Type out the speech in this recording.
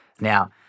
Now